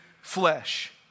flesh